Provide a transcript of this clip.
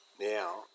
Now